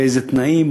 באיזה תנאים,